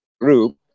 group